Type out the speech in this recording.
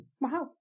Wow